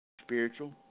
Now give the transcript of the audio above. Spiritual